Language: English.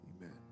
Amen